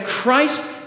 Christ